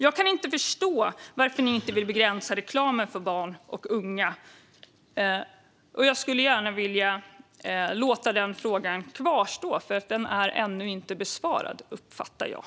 Jag kan inte förstå varför ni inte vill begränsa reklamen för barn och unga. Jag skulle gärna vilja låta den frågan kvarstå, för jag uppfattar det som att den ännu inte är besvarad.